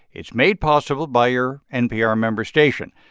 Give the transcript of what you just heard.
it's made possible by your npr member station.